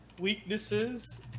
weaknesses